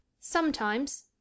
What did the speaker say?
Sometimes